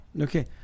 Okay